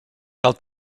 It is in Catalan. cal